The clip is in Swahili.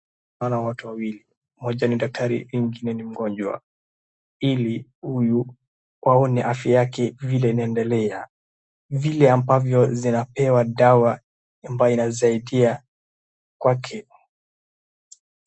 Naona watu wawili moja ni daktari na mwingine ni mgonjwa, iliwaone afya yake vile inaendelea, vile ambavyo anapewa dawa ambayo inamsaidia kwake.